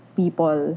people